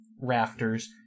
rafters